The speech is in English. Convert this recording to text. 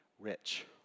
rich